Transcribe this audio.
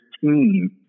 team